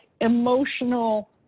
emotional